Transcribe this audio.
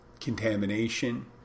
contamination